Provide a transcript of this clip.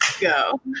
go